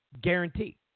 Guarantee